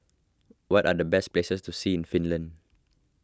what are the best places to see in Finland